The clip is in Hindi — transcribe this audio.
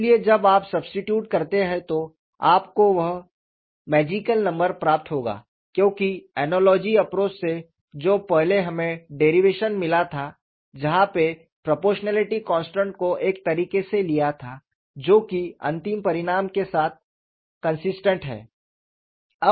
इसलिए जब आप सबस्टिट्यूट करते हैं तो आपको वह जादुई संख्या प्राप्त होगी क्योंकि अनलॉजी एप्रोच से जो पहले हमे डेरिवेशन मिला था जहा पे प्रोपोरशनलिटी कांस्टेंट को एक तरीके से लिया था जो की अंतिम परिणाम के साथ कंसिस्टेंट है